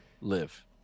live